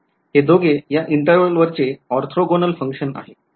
हे दोघे या इंटर्वलवरचे ऑर्थोगोनल functions आहेत